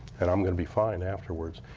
and i'm going to be fine afterward.